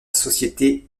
société